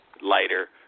lighter